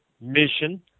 mission